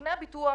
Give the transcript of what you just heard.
סוכני הביטוח